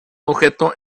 objeto